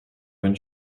when